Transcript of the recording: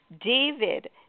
David